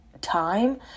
time